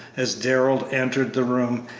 as darrell entered the room,